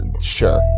Sure